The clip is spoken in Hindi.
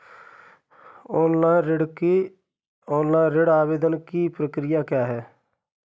ऑनलाइन ऋण आवेदन की प्रक्रिया क्या है?